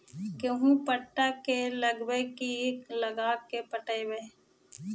गेहूं पटा के लगइबै की लगा के पटइबै?